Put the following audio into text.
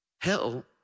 Hell